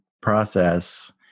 process